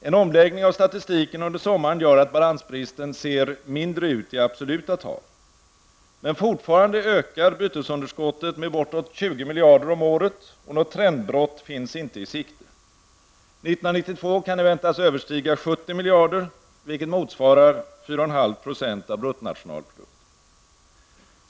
En omläggning av statistiken under sommaren gör att balansbristen ser mindre ut i absoluta tal. Men fortfarande ökar bytesunderskottet med bortåt 20 miljarder om året, och något trendbrott finns inte i sikte. År 1992 kan det väntas överstiga 70 miljarder, vilket motsvarar 4,5 % av bruttonationalprodukten.